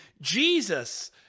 Jesus